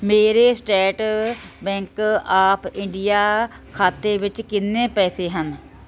ਮੇਰੇ State Bank of India ਖਾਤੇ ਵਿੱਚ ਕਿੰਨੇ ਪੈਸੇ ਹਨ